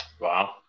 Wow